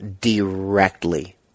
directly